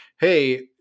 hey